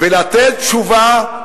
ולתת תשובה,